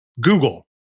Google